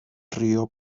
río